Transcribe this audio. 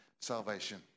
salvation